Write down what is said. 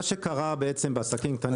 מה שקרה בעסקים קטנים ובינוניים,